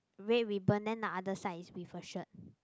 red ribbon then the other side is with a shirt